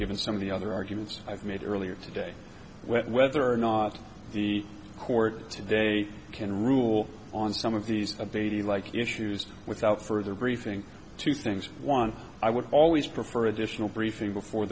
given some of the other arguments i've made earlier today whether or not the court today can rule on some of these a baby like issues without further briefing two things one i would always prefer additional briefing before